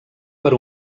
per